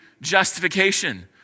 justification